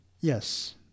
Yes